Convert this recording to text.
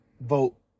vote